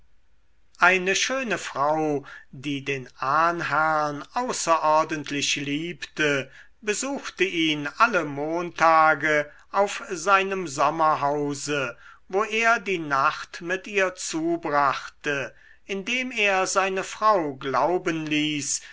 eine schöne frau die den ahnherrn außerordentlich liebte besuchte ihn alle montage auf seinem sommerhause wo er die nacht mit ihr zubrachte indem er seine frau glauben ließ